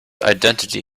identity